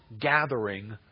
gathering